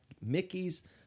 Mickey's